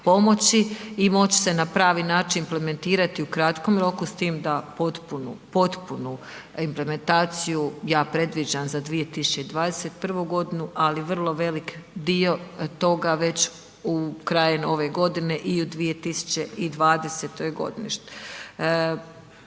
i moć se na pravi način implementirati u kratkom roku s tim da potpunu, potpunu implementaciju ja predviđam za 2021. ali vrlo velik dio toga već krajem ove godine i u 2020. godini.